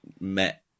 met